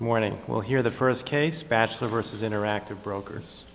morning well here the first case bachelor versus interactive brokers